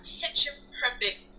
picture-perfect